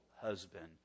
husband